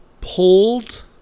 pulled